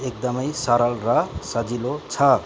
एकदमै सरल र सजिलो छ